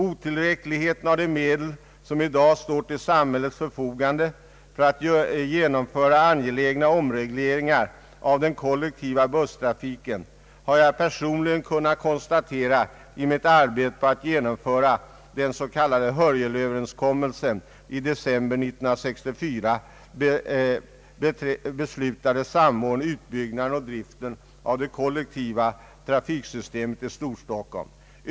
Otillräckligheten av de medel som i dag står till samhällets förfogande för att genomföra angelägna omregleringar av den kollektiva busstrafiken har jag personligen kunnat konstatera i mitt arbete på att genomföra den s.k. Hörjelöverenskommelsen. I december 1964 beslutades samordning av utbyggnaden och driften av det kollektiva trafiksystemet i Storstockholm.